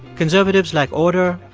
conservatives like order.